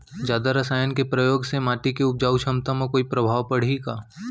जादा रसायन के प्रयोग से माटी के उपजाऊ क्षमता म कोई प्रभाव पड़ही का?